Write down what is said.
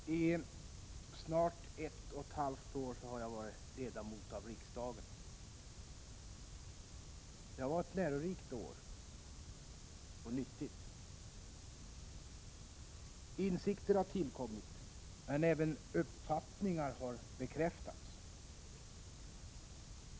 Herr talman! I snart ett och ett halvt år har jag varit ledamot av riksdagen. Det har varit en lärorik tid — och nyttig! Insikter har tillkommit. Men även uppfattningar har bekräftats.